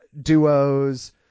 duos